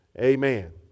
Amen